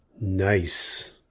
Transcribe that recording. Nice